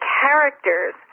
characters